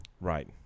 Right